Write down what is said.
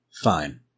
Fine